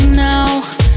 now